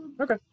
Okay